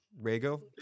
Rago